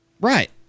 Right